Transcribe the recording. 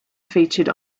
featured